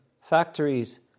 factories